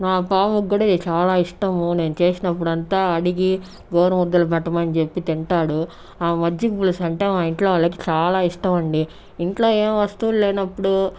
నా బాబు కూడా ఇది చాలా ఇష్టము నేను చేసినప్పుడు అంతా అడిగి గోరుముద్దుల పెట్టమని చెప్పి తింటాడు ఆ మజ్జిగ పులుసు అంటే మా ఇంట్లో వాళ్లకి చాలా ఇష్టం అండి ఇంట్లో ఏం వస్తువులు లేనప్పుడు